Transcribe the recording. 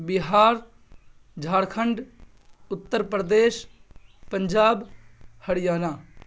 Bihar Jharkhand Uttar Pradesh Punjab Haryana